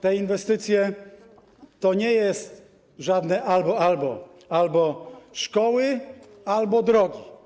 Te inwestycje to nie jest żadne albo-albo: albo szkoły, albo drogi.